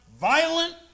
violent